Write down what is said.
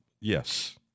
Yes